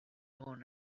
egon